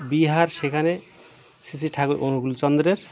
বিহার সেখানে শ্রী শ্রী ঠাকুর অনুকূলচন্দ্রের